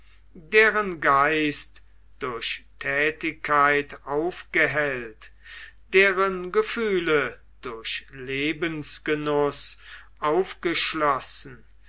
deren geist durch thätigkeit aufgehellt deren gefühle durch lebensgenuß aufgeschlossen